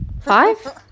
five